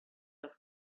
off